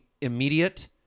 immediate